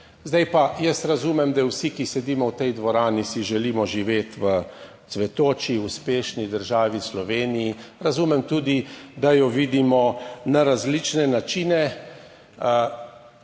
Zdaj pa, jaz razumem, da vsi, ki sedimo v tej dvorani si želimo živeti v cvetoči, uspešni državi Sloveniji. Razumem tudi, da jo vidimo na različne načine.